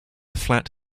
flat